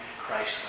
Christ